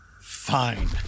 Fine